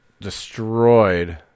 destroyed